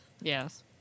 Yes